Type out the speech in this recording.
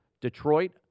Detroit